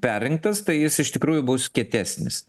perrinktas tai jis iš tikrųjų bus kietesnis